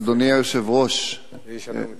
אדוני היושב-ראש, לאיזה שנה הוא מתכוון?